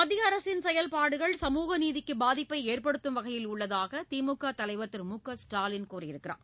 மத்திய அரசின் செயல்பாடுகள் சமூக நீதிக்கு பாதிப்பை ஏற்படுத்தும் வகையில் உள்ளதாக திமுக தலைவர் திரு மு க ஸ்டாலின் தெரிவித்துள்ளார்